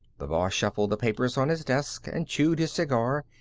the boss shuffled the papers on his desk, and chewed his cigar,